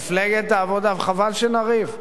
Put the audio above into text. מפלגת העבודה, וחבל שנריב.